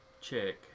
Check